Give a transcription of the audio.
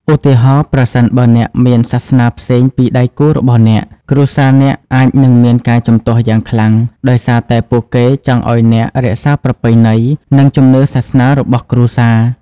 ឧទាហរណ៍ ប្រសិនបើអ្នកមានសាសនាផ្សេងពីដៃគូរបស់អ្នក គ្រួសារអ្នកអាចនឹងមានការជំទាស់យ៉ាងខ្លាំង ដោយសារតែពួកគេចង់ឲ្យអ្នករក្សាប្រពៃណី និងជំនឿសាសនារបស់គ្រួសារ។